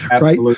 right